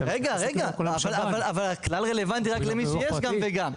אבל הכלל רלוונטי רק למי שיש גם וגם.